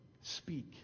speak